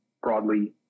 broadly